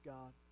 God